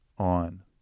on